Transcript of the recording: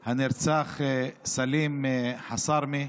הנרצח, סלים חסארמה.